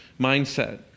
mindset